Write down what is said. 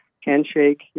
handshake